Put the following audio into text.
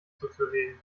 zuzulegen